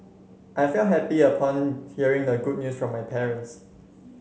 I felt happy upon hearing the good news from my parents